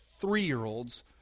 three-year-olds